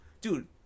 Dude